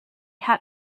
had